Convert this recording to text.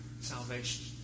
salvation